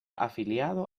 afiliado